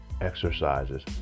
exercises